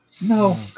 No